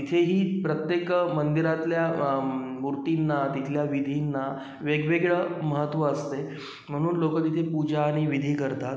तिथेही प्रत्येक मंदिरातल्या मूर्तींना तिथल्या विधींना वेगवेगळं महत्व असते म्हणून लोकं तिथे पूजा आणि विधी करतात